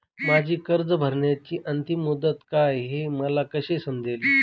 माझी कर्ज भरण्याची अंतिम मुदत काय, हे मला कसे समजेल?